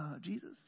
Jesus